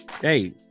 Hey